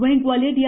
वहीं ग्वालियर डी